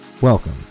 welcome